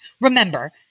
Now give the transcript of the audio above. Remember